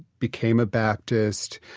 became a baptist,